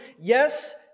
Yes